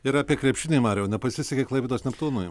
ir apie krepšinį mariau nepasisekė klaipėdos neptūnui